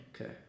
Okay